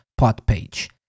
podpage